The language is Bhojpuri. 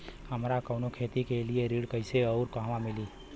हमरा कवनो खेती के लिये ऋण कइसे अउर कहवा मिली?